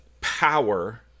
power